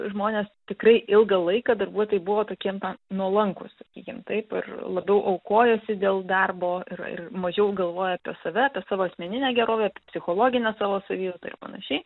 žmonės tikrai ilgą laiką darbuotojai buvo tokie na nuolankūs jiem taip ir labiau aukojosi dėl darbo ir ir mažiau galvoja apie save savo asmeninę gerovę psichologinę savo savijautą ir panašiai